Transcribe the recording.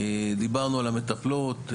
דיברנו על המטפלות,